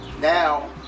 now